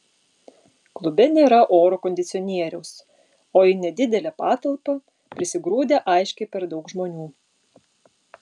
klube nėra oro kondicionieriaus o į nedidelę patalpą prisigrūdę aiškiai per daug žmonių